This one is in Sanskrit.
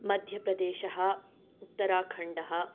मध्यप्रदेशः उत्तराखण्डः